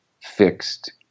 fixed